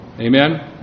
Amen